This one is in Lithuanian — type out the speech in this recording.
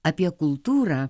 apie kultūrą